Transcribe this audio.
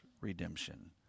redemption